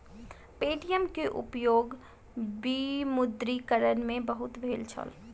Paytm के उपयोग विमुद्रीकरण में बहुत भेल छल